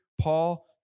Paul